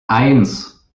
eins